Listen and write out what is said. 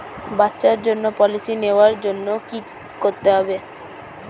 বাচ্চার জন্য পলিসি নেওয়ার জন্য কি করতে হবে?